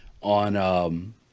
on